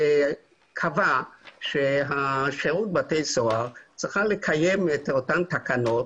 שקבע ששירות בתי הסוהר צריך לקיים את אותן תקנות